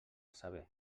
saber